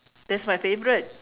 that's my favourite